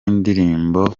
ndirimbo